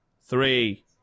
three